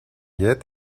yet